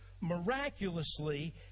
miraculously